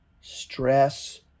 stress